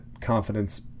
confidence